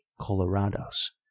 Colorados